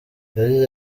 yagize